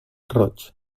roig